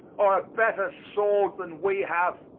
or a better sword than we have.